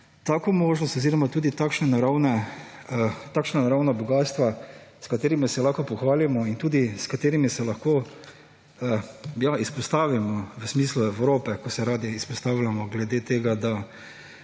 tako možnost oziroma tudi takšna naravna bogastva, s katerimi se lahko pohvalimo in tudi s katerimi se lahko, ja, izpostavimo v smislu Evrope, ko se radi izpostavljamo glede tega, da